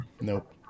Nope